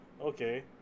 okay